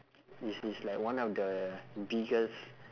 it's it's like one of the biggest